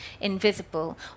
invisible